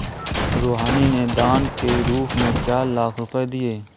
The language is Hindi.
रूहानी ने दान के रूप में चार लाख रुपए दिए